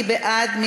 מי בעד?